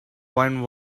wine